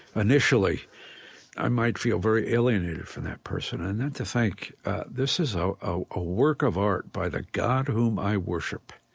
initially i might feel very alienated from that person, and then to think this is a ah ah work of art by the god whom i worship,